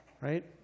Right